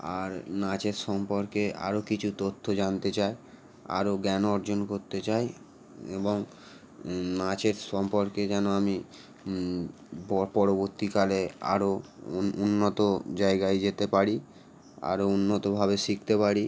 আর নাচের সম্পর্কে আরও কিছু তথ্য জানতে চাই আরও জ্ঞান অর্জন করতে চাই এবং নাচের সম্পর্কে যেন আমি ব পরবর্তীকালে আরও উন্নত জায়গায় যেতে পারি আরও উন্নতভাবে শিখতে পারি